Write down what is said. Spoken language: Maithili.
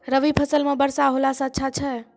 रवी फसल म वर्षा होला से अच्छा छै?